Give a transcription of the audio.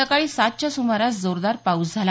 सकाळी सातच्या सुमारास जोरदार पाऊस झाला